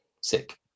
sick